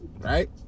Right